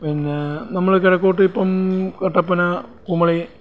പിന്നെ നമ്മൾ കിഴക്കോട്ട് ഇപ്പം കട്ടപ്പന കുമളി